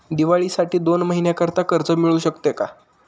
दिवाळीसाठी दोन महिन्याकरिता कर्ज मिळू शकते का?